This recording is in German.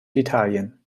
italien